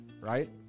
right